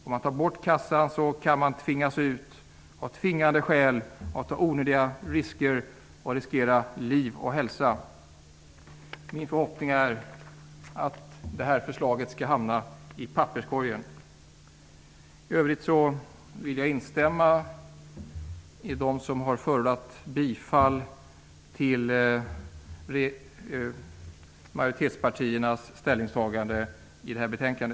Om man tar bort kassan kan fiskarna tvingas ut och riskera liv och hälsa. Min förhoppning är att detta förslag skall hamna i papperskorgen. I övrigt vill jag instämma med dem som har förordat bifall till majoritetspartiernas ställningstagande i detta betänkande.